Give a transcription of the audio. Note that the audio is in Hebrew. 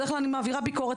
בדרך כלל אני מעבירה ביקורת,